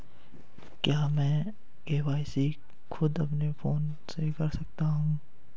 क्या मैं के.वाई.सी खुद अपने फोन से कर सकता हूँ?